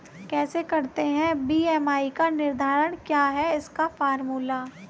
कैसे करते हैं बी.एम.आई का निर्धारण क्या है इसका फॉर्मूला?